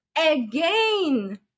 Again